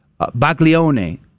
Baglione